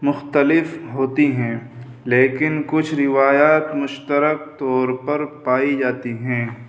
مختلف ہوتی ہیں لیکن کچھ روایات مشترک طور پر پائی جاتی ہیں